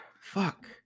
fuck